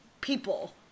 people